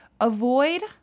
avoid